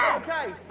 okay.